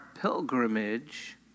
pilgrimage